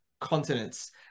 continents